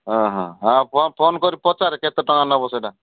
ହଁ ହଁ ହଁ ଫୋନ୍ କରି ପଚାରେ କେତେ ଟଙ୍କା ନେବ ସେଇଟା